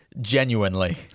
Genuinely